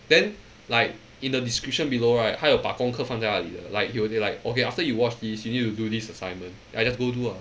then like in the description below right 他有把功课放在那里的 like he will be like okay after you watch this you need to do this assignment then I just go do ah